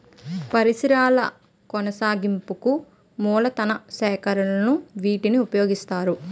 పరిశ్రమల కొనసాగింపునకు మూలతన సేకరణకు వీటిని ఉపయోగిస్తారు